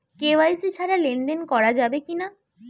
KYC ছাড়া লেনদেন করা যাবে কিনা?